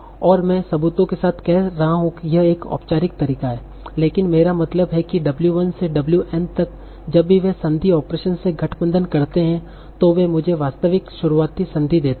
और मैं सबूतों के साथ कह रहा हूं यह एक औपचारिक तरीका है लेकिन मेरा मतलब है कि w1 से wn तक जब भी वे संदी ऑपरेशन से गठबंधन करते हैं तो वे मुझे वास्तविक शुरुआती संदी देते हैं